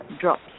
drops